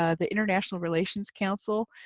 ah the international relations counsel.